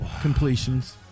completions